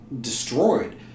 destroyed